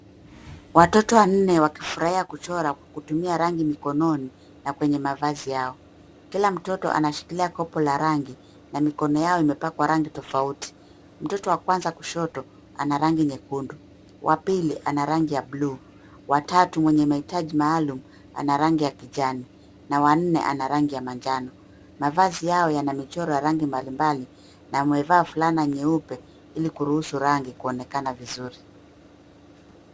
Watoto wanne wakifurahia kuchora rangi mikononi na kwenye mavazi yao. Kila mtoto anashikilia kopo la rangi na mikono yao imepakwa rangi tofauti. Mtoto wa kwanza kushoto, anarangi nyekundu, wa pili, rangi ya buluu, wa tatu mwenye mahitaji maalum ana rangi ya kijani na wa nne ana rangi ya manjano. Mavazi yao yana michoro ya rangi mbalimbali na wamevaa fulana nyeupe ili kuruhusu rangi kuonekana vizuri.